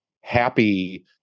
happy